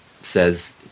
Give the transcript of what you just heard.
says